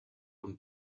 und